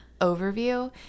overview